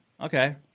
Okay